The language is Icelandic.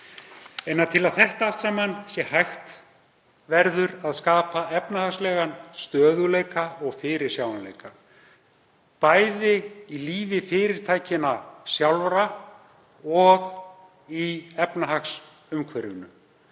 handa. Til að það allt saman sé hægt verður að skapa efnahagslegan stöðugleika og fyrirsjáanleika, bæði í lífi fyrirtækjanna sjálfra og í efnahagsumhverfinu.